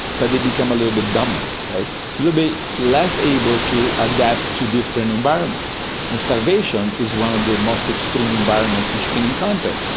but they become a little bit dumber, a little bit less able to adapt to different environments, and starvation is one of the most extreme environments that you can encounter.